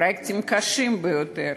פרויקטים קשים ביותר.